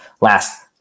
last